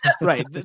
right